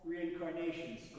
Reincarnations